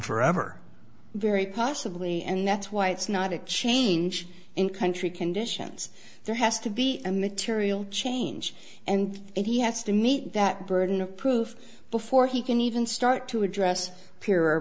forever very possibly and that's why it's not a change in country conditions there has to be a material change and that he has to meet that burden of proof before he can even start to address p